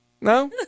no